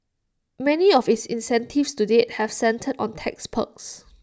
many of its incentives to date have centred on tax perks